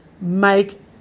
make